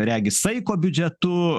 regis saiko biudžetu